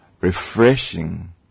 Refreshing